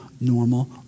normal